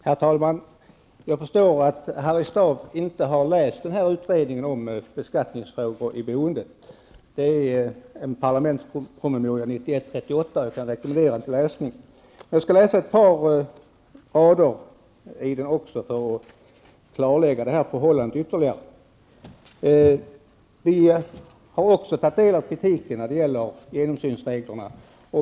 Herr talman! Jag förstår att Harry Staaf inte har läst utredningen om skatteregler för ny bostadsfinansiering m.m., Ds 1991:38. Jag kan rekommendera den departementspromemorian för läsning. Vi har också tagit del av kritiken när det gäller genomsynsreglerna.